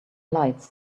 lights